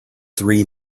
three